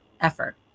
effort